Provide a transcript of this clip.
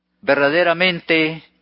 verdaderamente